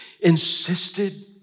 insisted